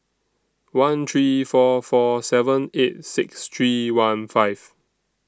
one three four four seven eight six three one five